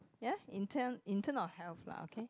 ya in term in term of health lah okay